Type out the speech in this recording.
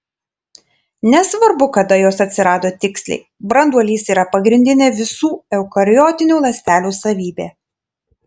nesvarbu kada jos atsirado tiksliai branduolys yra pagrindinė visų eukariotinių ląstelių savybė